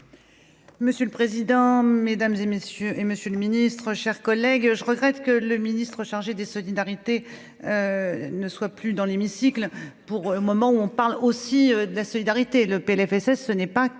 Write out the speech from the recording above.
Monsieur le président, Mesdames et messieurs, et monsieur le Ministre, chers collègues, je regrette que le ministre chargé des solidarités ne soit. Tu dans l'hémicycle pour le moment où on parle aussi de la solidarité, le PLFSS ce n'est pas que